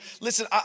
listen